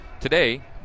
Today